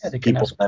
people